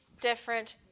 different